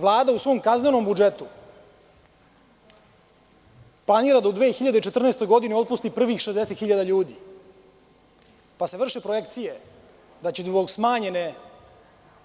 Vlada u svom kaznenom budžetu planira da u 2014. godini otpusti prvih 60 hiljada ljudi pa se vrše projekcije da će zbog smanjene